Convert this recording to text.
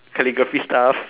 calligraphy stuff